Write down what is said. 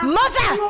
mother